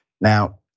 Now